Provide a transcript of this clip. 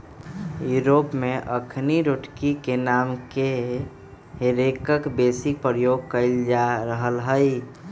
Europe में अखनि rotary रे नामके हे रेक बेशी प्रयोग कएल जा रहल हइ